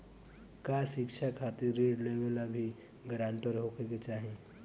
का शिक्षा खातिर ऋण लेवेला भी ग्रानटर होखे के चाही?